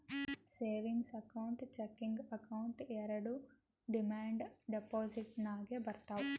savings account, checking account ಎರೆಡು demand deposit ನಾಗೆ ಬರ್ತಾವ್